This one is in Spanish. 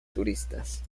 turistas